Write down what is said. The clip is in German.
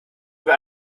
über